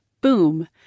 Boom